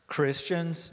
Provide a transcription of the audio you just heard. Christians